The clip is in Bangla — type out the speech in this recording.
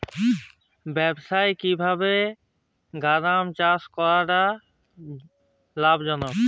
ব্যবসায়িকভাবে গাঁদার চাষ কতটা লাভজনক?